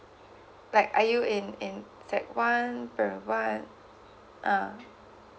like are you in in sec one ah